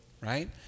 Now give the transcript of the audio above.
right